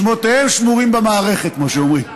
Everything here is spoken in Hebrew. שמותיהם שמורים במערכת, כמו שאומרים.